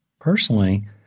Personally